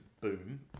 boom